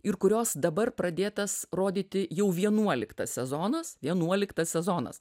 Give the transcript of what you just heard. ir kurios dabar pradėtas rodyti jau vienuoliktas sezonas vienuoliktas sezonas